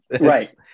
Right